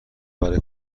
برای